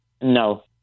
No